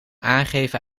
aangeven